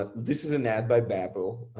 ah this is an ad by babbel,